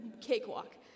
cakewalk